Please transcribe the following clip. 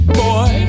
boy